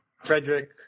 Frederick